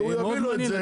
הוא יביא לו את זה.